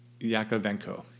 Yakovenko